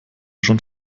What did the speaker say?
schon